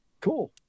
Cool